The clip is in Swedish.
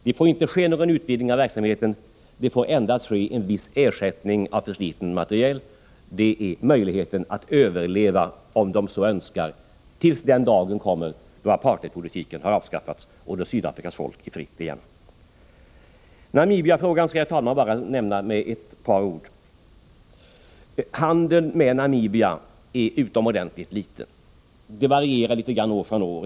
Det får inte ske någon utvidgning av verksamheten, det får endast ske en viss ersättning av försliten materiel. Det ger möjlighet för företagen att överleva, om de så önskar, tills den dagen kommer då apartheidpolitiken har avskaffats och då Sydafrikas folk är fritt igen. Namibiafrågan skall jag bara nämna med ett par ord. Handeln med Namibia är utomordentligt liten. Den varierar något från år till år.